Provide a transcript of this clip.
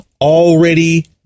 already